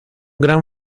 gran